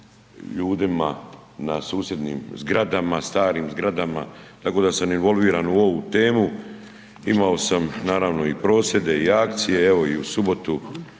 ljudima na susjednim zgradama, starim zgradama, tamo da sam involviran u ovu temu. Imao sam, naravno i prosvjede i akcije, evo i u subotu,